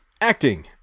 Acting